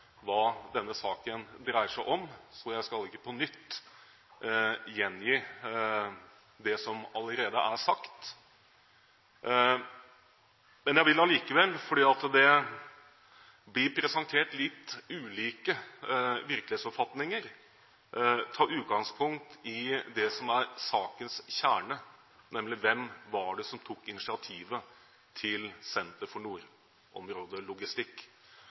hva denne saken dreier seg om, så jeg skal ikke på nytt gjengi det som allerede er sagt. Men jeg vil allikevel, fordi det blir presentert litt ulike virkelighetsoppfatninger, ta utgangspunkt i det som er sakens kjerne, nemlig: Hvem var det som tok initiativet til Senter for